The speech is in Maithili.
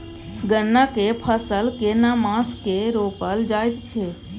गन्ना के फसल केना मास मे रोपल जायत छै?